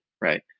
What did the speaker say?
right